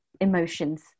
emotions